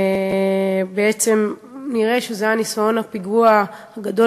ובעצם נראה שזה היה ניסיון הפיגוע הגדול